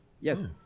yes